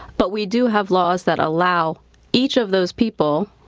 but we do have laws that allow each of those people,